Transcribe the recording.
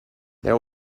there